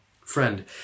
Friend